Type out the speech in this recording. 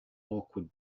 awkward